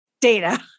data